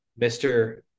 Mr